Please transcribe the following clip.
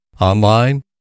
Online